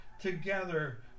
together